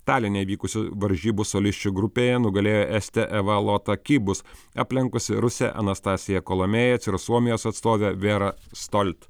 taline vykusių varžybų solisčių grupėje nugalėjo estė eva lota kibus aplenkusi rusę anastasiją kolomėją ir suomijos atstovė vera stolt